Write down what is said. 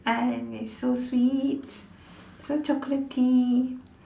and it's so sweet so chocolaty